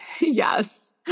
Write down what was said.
Yes